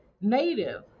Native